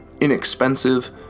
inexpensive